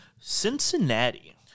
Cincinnati